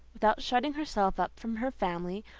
without shutting herself up from her family,